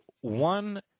one